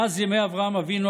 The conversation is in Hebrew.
מאז ימי אברהם אבינו,